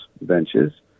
ventures